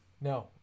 No